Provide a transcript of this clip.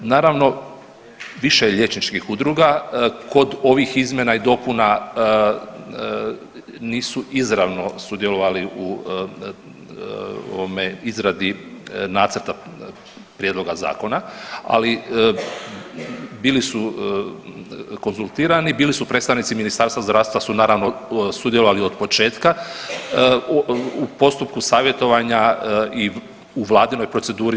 Naravno, više je liječničkih udruga kod ovih izmjena i dopuna nisu izravno sudjelovali u ovome izradi nacrta prijedloga zakona, ali bili su konzultirani, bili su predstavnici Ministarstva zdravstva su naravno sudjelovali od početka u postupku savjetovanja i u vladinoj proceduri.